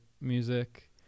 music